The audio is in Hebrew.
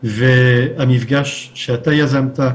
והמפגש שאתה יזמת,